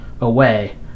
away